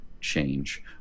change